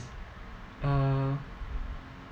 uh